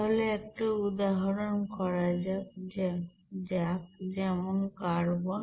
তাহলে একটা উদাহরণ করা যাক যেমন কার্বন